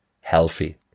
healthy